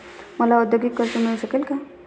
मला औद्योगिक कर्ज मिळू शकेल का?